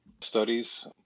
studies